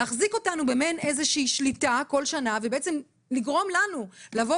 להחזיק אותנו במעין שליטה בכל שנה ובעצם לגרום לנו לבוא